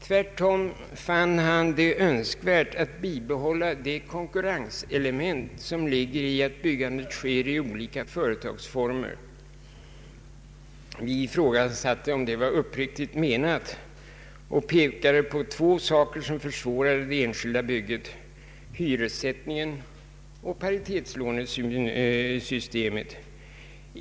Tvärtom fann han det önskvärt att bibehålla det konkurrenselement som ligger i att byggandet sker i olika företagsformer. Vi ifrågasatte om det var uppriktigt menat och pekade på två saker som försvårade det enskilda byggandet: hyressättningen och paritetslånesystemet.